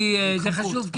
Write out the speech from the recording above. זה חשוב,